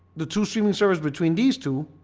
the to streaming service between these two,